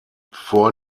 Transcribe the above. vor